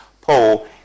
poll